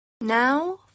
Now